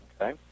Okay